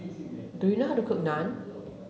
do you know how to cook Naan